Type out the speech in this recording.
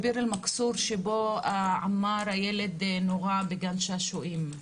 מכסור, שבו עמאר, הילד, נורה בגן שעושים.